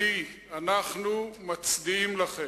אני, אנחנו מצדיעים לכם.